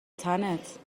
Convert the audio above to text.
تنت